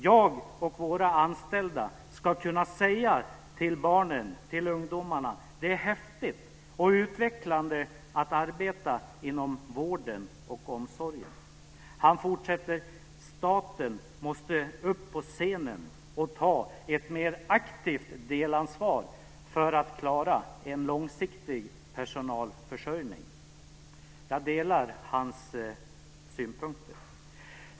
Jag och våra anställda skall kunna säga till barnen; det är häftigt och utvecklande att arbeta inom vården och omsorgen." Han fortsätter: "Staten måste upp på scenen och ta ett mer aktivt delansvar för att klara en långsiktig personalförsörjning." Jag delar hans synpunkter.